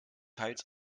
teils